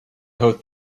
hoped